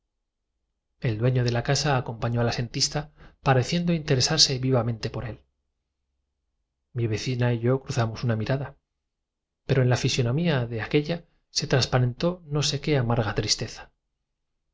el dueño de la casa acompañó al asentista pareciendo interesarse por ventura el señor taillefer se habría pregunté vivamente por él suicidado exclamó mi chancera vecina tengo para mí que mi vecina y yo cruzamos una mirada pero en la fisonomía de aquella se transparentó no sé qué amarga tristeza